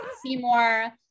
Seymour